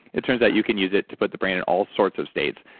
it turns out, you can use it to put the brain in all sorts of states.